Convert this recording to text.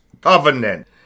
covenant